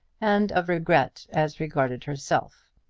and of regret as regarded herself.